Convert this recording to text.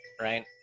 right